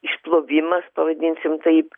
išplovimas pavadinsim taip